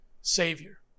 Savior